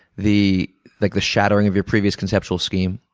the like the shattering of your previous conceptual scheme.